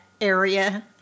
area